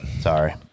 Sorry